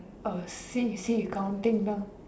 oh see you see you counting down